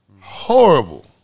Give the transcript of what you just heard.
Horrible